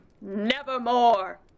nevermore